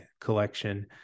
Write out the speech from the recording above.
collection